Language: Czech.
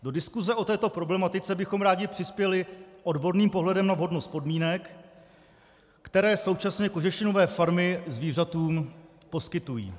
Do diskuse o této problematice bychom rádi přispěli odborným pohledem na vhodnost podmínek, které současně kožešinové farmy zvířatům poskytují.